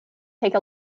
take